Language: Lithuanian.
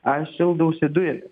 aš šildausi dujom